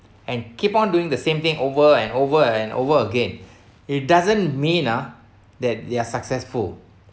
and keep on doing the same thing over and over and over again it doesn't mean ah that they are successful